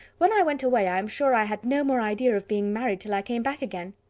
when i went away, i am sure i had no more idea of being married till i came back again!